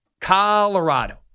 Colorado